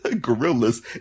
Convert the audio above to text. gorillas